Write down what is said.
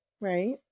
right